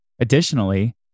Additionally